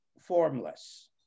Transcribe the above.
formless